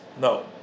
no